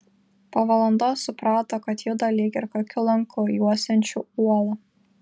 po valandos suprato kad juda lyg ir kokiu lanku juosiančiu uolą